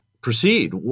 proceed